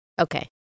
Okay